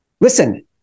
Listen